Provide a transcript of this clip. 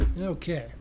Okay